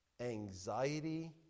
anxiety